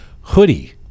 hoodie